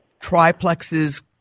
triplexes